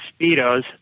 Speedos